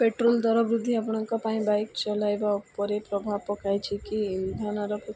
petrol ଦର ବୃଦ୍ଧି ଆପଣଙ୍କ ପାଇଁ ବାଇକ୍ ଚଲାଇବା ଉପରେ ପ୍ରଭାବ ପକାଇଛି କି ଇନ୍ଧନର